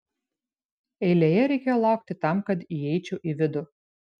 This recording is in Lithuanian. eilėje reikėjo laukti tam kad įeičiau į vidų